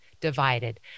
divided